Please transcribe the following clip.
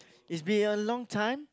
is been a long time